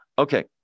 Okay